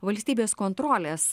valstybės kontrolės